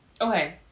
okay